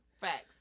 Facts